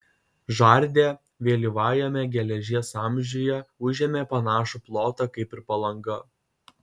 žardė vėlyvajame geležies amžiuje užėmė panašų plotą kaip ir palanga